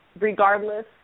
regardless